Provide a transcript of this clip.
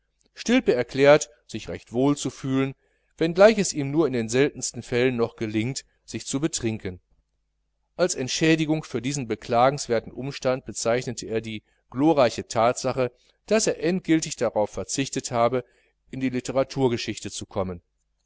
stilpe erklärt sich recht wohl zu fühlen wenngleich es ihm nur in den seltensten fällen noch gelingt sich zu betrinken als entschädigung für diesen beklagenswerten umstand bezeichnet er die glorreiche thatsache daß er endgiltig darauf verzichtet habe in die literaturgeschichte zu kommen